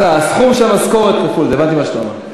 הסכום של משכורת כפול, הבנתי מה שאתה אומר.